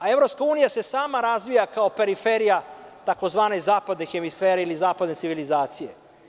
Evropska unija se sama razvija kao periferija tzv. zapadne hemisfere, ili zapadne civilizacije.